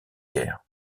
guerre